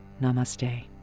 namaste